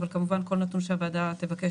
אבל כמובן כל נתון שהוועדה תבקש,